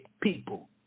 people